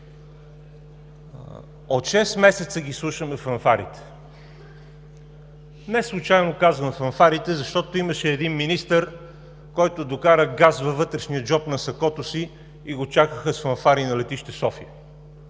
Шест месеца слушаме фанфарите. Неслучайно казвам „фанфарите“, защото имаше един министър, който докара газ във вътрешния джоб на сакото си и го чакаха с фанфари на летище София.